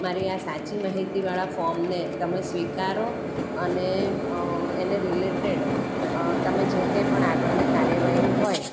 મારી આ સાચી માહિતીવાળા ફોર્મને તમે સ્વીકારો અને એને રિલેટેડ તમે જે કંઈ પણ આગળની કાર્યવાહી હોય